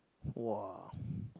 !wah!